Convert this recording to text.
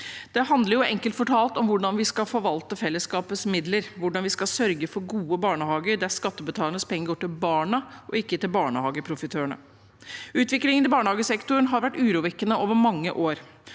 Det handler enkelt fortalt om hvordan vi skal forvalte fellesskapets midler, og hvordan vi skal sørge for gode barnehager der skattebetalernes penger går til barna og ikke til barnehageprofitørene. Utviklingen i barnehagesektoren har vært urovekkende over mange år.